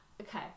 Okay